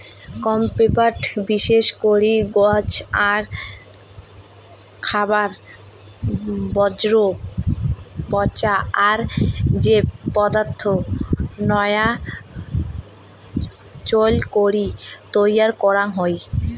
compost বিশেষ করি গছ আর খাবার বর্জ্য পচা আর জৈব পদার্থ নয়া চইল করি তৈয়ার করা হই